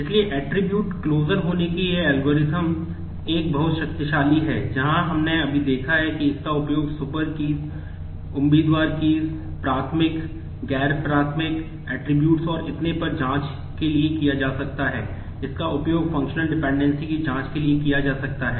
इसलिए ऐट्रिब्यूट है